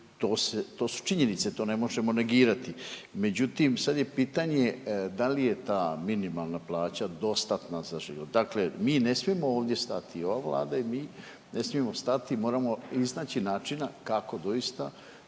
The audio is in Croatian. to su činjenice, to ne možemo negirati, međutim sad je pitanje da li je ta minimalna plaća dostatna za život. Dakle, mi ne smijemo ovdje stati, ova Vlada i mi ne smijemo stati, moramo iznaći načina kako doista